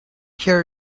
here